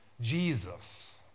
Jesus